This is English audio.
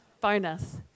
Bonus